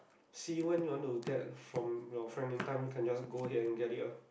see when you want to get from your friend in time then can just go ahead and get it loh